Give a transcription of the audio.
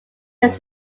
his